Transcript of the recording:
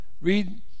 Read